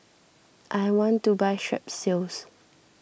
I want to buy Strepsils